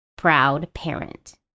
PROUDPARENT